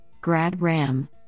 GRAD-RAM